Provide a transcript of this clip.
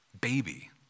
baby